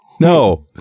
No